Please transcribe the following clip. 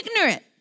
ignorant